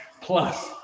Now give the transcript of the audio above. Plus